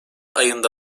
ayında